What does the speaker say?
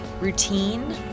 routine